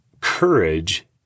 Courage